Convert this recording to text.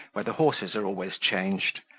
where the horses are always changed,